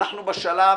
אנחנו בשלב